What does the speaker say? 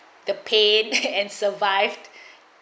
the paid and survived